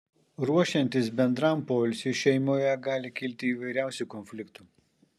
ruošiantis bendram poilsiui šeimoje gali kilti įvairiausių konfliktų